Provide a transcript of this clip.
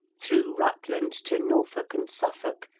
through rutland to norfolk and suffolk,